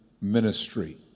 ministry